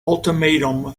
ultimatum